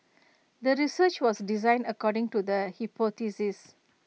the research was designed according to the hypothesis